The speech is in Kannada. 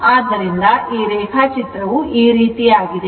ಆದ್ದರಿಂದ ಈ ರೇಖಾಚಿತ್ರವು ಈ ರೀತಿಯಾಗಿದೆ